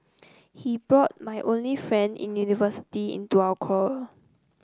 he brought my only friend in university into our quarrel